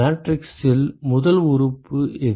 மேட்ரிக்ஸில் முதல் உறுப்பு எது